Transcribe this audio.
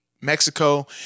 Mexico